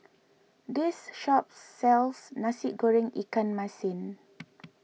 this shop sells Nasi Goreng Ikan Masin